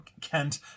Kent